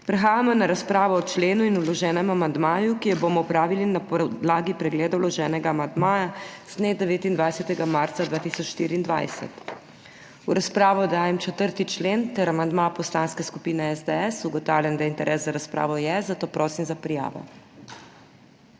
Prehajamo na razpravo o členu in vloženem amandmaju, ki jo bomo opravili na podlagi pregleda vloženega amandmaja z dne 29. marca 2024. V razpravo dajem 4. člen ter amandma Poslanske skupine SDS. Ugotavljam, da je interes za razpravo, zato prosim za prijavo.